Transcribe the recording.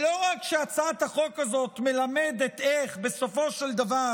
לא רק שהצעת החוק הזאת מלמדת איך בסופו של דבר